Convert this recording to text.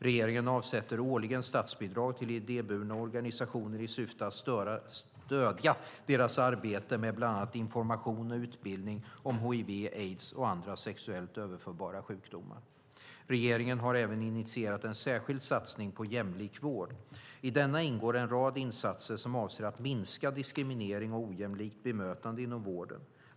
Regeringen avsätter årligen statsbidrag till idéburna organisationer i syfte att stödja deras arbete med bland annat information och utbildning om hiv/aids och andra sexuellt överförbara sjukdomar. Regeringen har även initierat en särskild satsning på jämlik vård. I denna ingår en rad insatser som avser att minska diskriminering och ojämlikt bemötande inom vården.